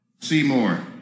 Seymour